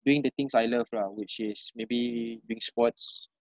doing the things I love lah which is maybe doing sports